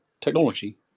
technology